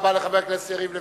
תודה רבה לחבר הכנסת יריב לוין.